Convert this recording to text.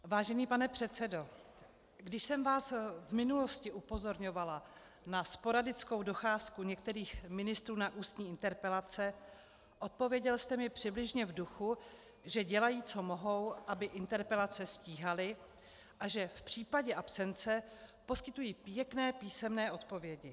Vážený pane předsedo, když jsem vás v minulosti upozorňovala na sporadickou docházku některých ministrů na ústní interpelace, odpověděl jste mi přibližně v duchu, že dělají, co mohou, aby interpelace stíhali, a že v případě absence poskytují pěkné písemné odpovědi.